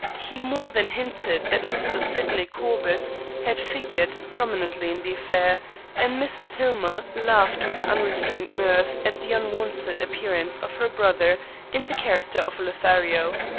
he more than hinted that mr. sydney corbett had figured prominently in the affair and mrs. hillmer laughed with unrestrained mirth at the unwonted appearance of her brother in the character of a lothario.